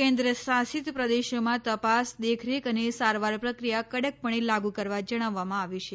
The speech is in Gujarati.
કેન્દ્ર શાસિત પ્રદેશોમાં તપાસ દેખરેખ અને સારવાર પ્રક્રિયા કડકપણે લાગુ કરવા જણાવવામાં આવ્યું છે